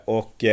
och